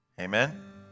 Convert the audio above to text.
Amen